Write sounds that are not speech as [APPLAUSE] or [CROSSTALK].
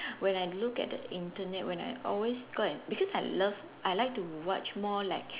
[BREATH] when I look at the Internet when I always go and because I love I like to watch more like